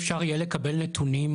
אפשר יהיה לקבל נתונים,